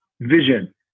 vision